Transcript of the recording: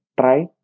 try